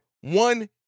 one